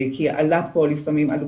כי עלו פה,